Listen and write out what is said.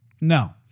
No